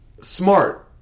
smart